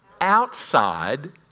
outside